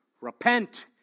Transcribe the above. repent